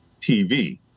TV